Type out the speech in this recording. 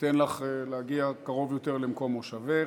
נאפשר לך להגיע קרוב יותר למקום מושבך.